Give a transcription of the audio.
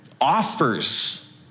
offers